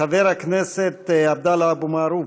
חבר הכנסת עבדאללה אבו מערוף,